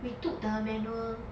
we took the manual